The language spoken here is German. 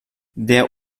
der